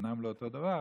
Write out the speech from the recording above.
אומנם לא אותו דבר,